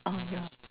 uh ya